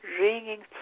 ringing